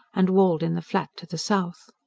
and walled in the flat to the south.